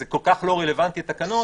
זה כל כך לא רלוונטי לתקנות,